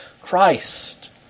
Christ